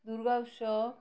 দুর্গা উৎসব